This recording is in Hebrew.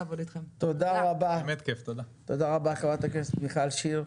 תודה רבה חברת הכנסת מיכל שיר.